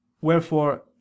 Wherefore